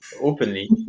openly